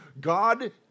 God